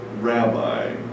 rabbi